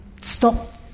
stop